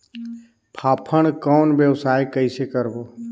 फाफण कौन व्यवसाय कइसे करबो?